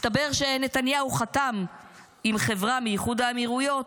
מסתבר שנתניהו חתם עם חברה מאיחוד האמירויות,